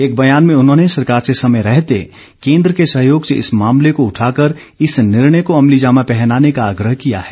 एक बयान में उन्होंने सरकार से समय रहते केंद्र के सहयोग से इस मामले को उठाकर इस निर्णय को अमलीजामा पहनाने का आग्रह किया है